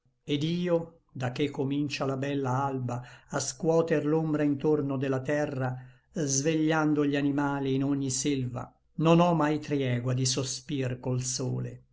et io da che comincia la bella alba a scuoter l'ombra intorno de la terra svegliando gli animali in ogni selva non ò mai triegua di sospir col sole